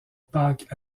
pâques